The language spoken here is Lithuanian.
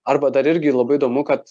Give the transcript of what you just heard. arba dar irgi labai įdomu kad